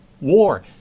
war